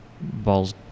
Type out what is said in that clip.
balls